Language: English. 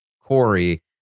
Corey